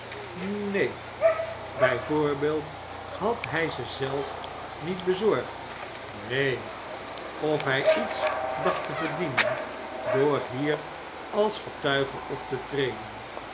had hij ze zelf niet bezorgd neen of hy iets dacht te verdienen door hier als getuige op te treden